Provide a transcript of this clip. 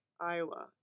Iowa